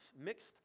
mixed